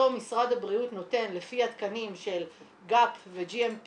משרד הבריאות נותן לפי התקנים של GAP ו-GMP